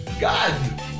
God